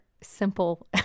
simple